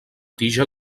tija